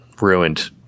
ruined